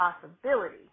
possibility